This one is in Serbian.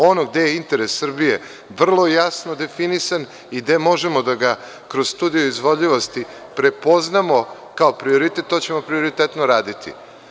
Ono gde je interes Srbije vrlo jasno definisan i gde možemo da ga kroz studio izvodljivosti prepoznamo kao prioritet, to ćemo prioritetno raditi.